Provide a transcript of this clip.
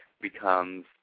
becomes